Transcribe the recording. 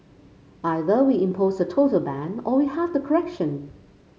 either we impose a total ban or we have the correction